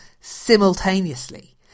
simultaneously